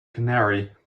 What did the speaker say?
canary